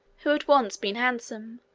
who had once been handsome,